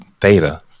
theta